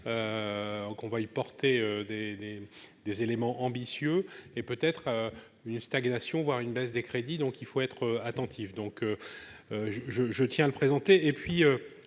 qu'on va y porter des, des, des éléments ambitieux et peut-être une stagnation voire une baisse des crédits, donc il faut être attentif, donc je, je tiens à le présenter et puis,